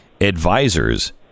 advisors